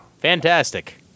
Fantastic